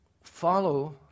follow